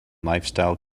lifestyle